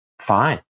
Fine